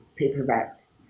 paperbacks